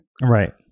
Right